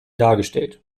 dargestellt